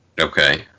Okay